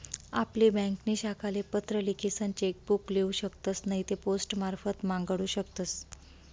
आपली ब्यांकनी शाखाले पत्र लिखीसन चेक बुक लेऊ शकतस नैते पोस्टमारफत मांगाडू शकतस